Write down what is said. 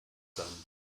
sein